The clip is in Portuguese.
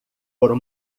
foram